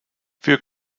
wir